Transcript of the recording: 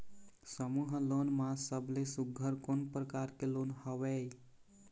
समूह लोन मा सबले सुघ्घर कोन प्रकार के लोन हवेए?